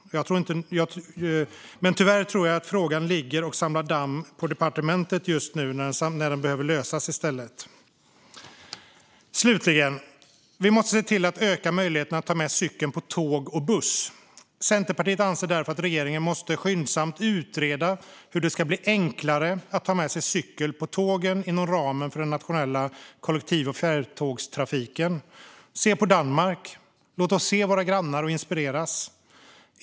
Men jag tror att frågan tyvärr ligger och samlar damm på departementet i stället för att lösas. Slutligen: Vi måste öka möjligheten att ta med cykel på tåg och buss. Centerpartiet anser därför att regeringen skyndsamt måste utreda hur det ska bli enklare att ta med sig cyklar på tågen inom ramen för den nationella kollektiv och fjärrtågstrafiken. Se på Danmark! Låt oss se på våra grannar och inspireras.